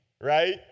right